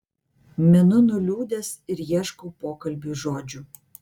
minu nuliūdęs ir ieškau pokalbiui žodžių